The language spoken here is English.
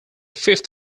fifth